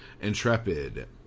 Intrepid